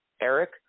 Eric